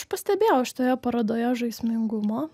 aš pastebėjau šitoje parodoje žaismingumo